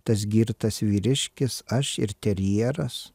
tas girtas vyriškis aš ir terjeras